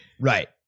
Right